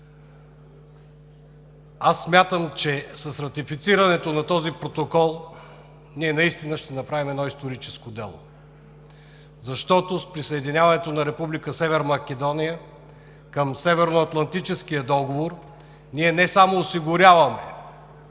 Смятам, че с ратифицирането на Протокола ние наистина ще направим едно историческо дело, защото с присъединяването на Република Северна Македония към Северноатлантическия договор не само осигуряваме